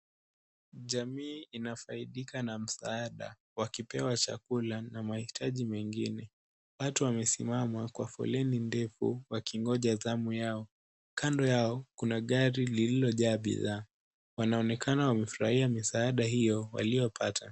Jamii inasaidika na msaada wakipewa chakula na mahitaji mengine. Watu wamesimama Kwa foleni ndefu wakingoja samu yao, kando yao kuna gari lililojaa bidhaa. Wanaonekana wamefurahia msaada hiyo waliopata.